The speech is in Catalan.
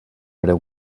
breu